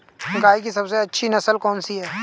गाय की सबसे अच्छी नस्ल कौनसी है?